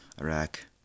Iraq